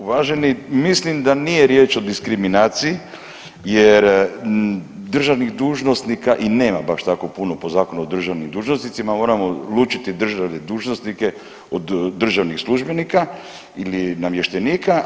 Uvaženi mislim da nije riječ o diskriminaciji jer državnih dužnosnika i nema baš tako po Zakonu o državnim dužnicima, moramo lučiti državne dužnosnike od državnih službenika ili namještenika.